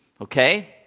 Okay